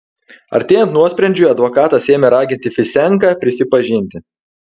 artėjant nuosprendžiui advokatas ėmė raginti fisenką prisipažinti